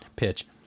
pitch